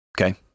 okay